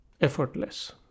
effortless